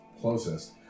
closest